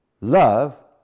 love